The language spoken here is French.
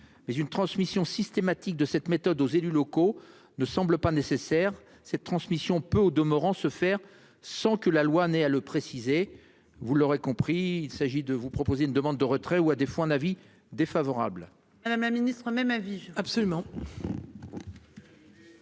Mais une transmission systématique de cette méthode aux élus locaux ne semble pas nécessaire cette transmission peut au demeurant, se faire sans que la loi n'est à le préciser. Vous l'aurez compris, il s'agit de vous proposer une demande de retrait ou à défaut un avis défavorable à la main ministre même avis absolument.